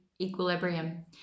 equilibrium